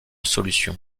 solution